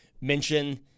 mention